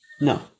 No